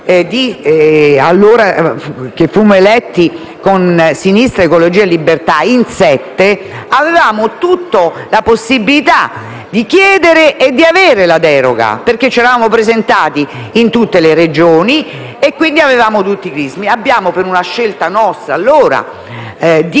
senatori che fummo eletti con Sinistra, Ecologia e Libertà in sette, avevamo tutta la possibilità di chiedere e di avere la deroga, perché ci eravamo presentati in tutte le Regioni e quindi avevamo tutti i crismi. Per una nostra scelta, di